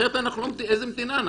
אחרת איזו מדינה אנחנו.